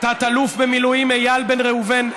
תת-אלוף במילואים איל בן ראובן,